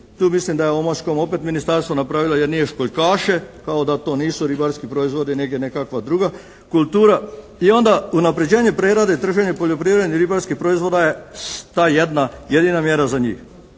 Tu mislim da je omaškom opet ministarstvo napravilo jer nije školjkaše, kao da to nisu ribarski proizvodi neg je nekakva druga kultura i onda unapređenje prerade i trženje poljoprivrednih i ribarskih proizvoda je ta jedna jedina mjera za njih